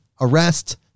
arrest